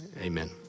amen